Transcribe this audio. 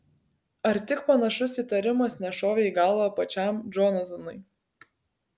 ar tik panašus įtarimas nešovė į galvą pačiam džonatanui